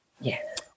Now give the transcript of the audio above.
Yes